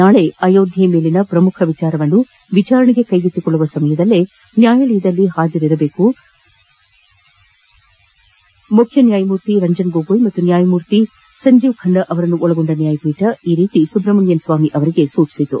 ನಾಳೆ ಅಯೋಧ್ವೆ ಮೇಲಿನ ಪ್ರಮುಖ ವಿಷಯವನ್ನು ವಿಚಾರಣೆಗೆ ಕೈಗೆತ್ತಿಕೊಳ್ಳುವ ಸಮಯದಲ್ಲಿ ನ್ಯಾಯಾಲಯದಲ್ಲಿ ಹಾಜರಿರುವಂತೆ ಮುಖ್ಯ ನ್ಯಾಯಮೂರ್ತಿ ರಂಜನ್ ಗೊಗೊಯ್ ಮತ್ತು ನ್ಯಾಯಮೂರ್ತಿ ಸಂಜೀವ್ ಖನ್ನಾ ಅವರನ್ನು ಒಳಗೊಂಡ ನ್ವಾಯಪೀಠ ಸುಬ್ರಮಣೆಯನ್ ಸ್ವಾಮಿ ಅವರಿಗೆ ಸೂಚಿಸಿತು